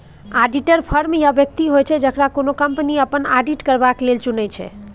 auditor firm या बेकती होइ छै जकरा कोनो कंपनी अपन आडिट करबा लेल चुनै छै